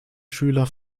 schüler